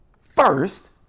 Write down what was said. first